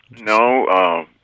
no